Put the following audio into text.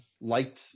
liked